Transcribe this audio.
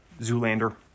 Zoolander